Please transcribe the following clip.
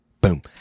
Boom